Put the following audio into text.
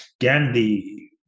gandhi